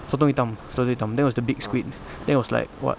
sotong hitam sotong hitam that was the big squid then it was like what